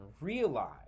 realize